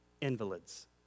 invalids